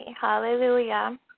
Hallelujah